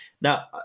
Now